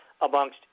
amongst